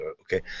okay